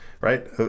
right